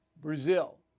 Brazil